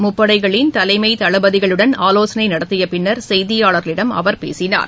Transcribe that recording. முப்படைகளின் தலைமை தளபதிகளுடன் ஆலோசனை புதுதில்லியில் நடத்திய பின்னா் செய்தியாளர்களிடம் அவர் பேசினார்